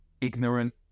ignorant